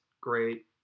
great